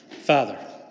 Father